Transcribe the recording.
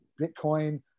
Bitcoin